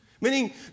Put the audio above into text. meaning